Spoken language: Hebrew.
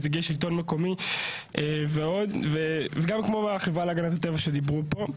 נציגי שלטון מקומי וגם החברה להגנת הטבע שדיברו פה.